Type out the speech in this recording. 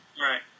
Right